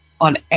on